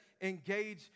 engage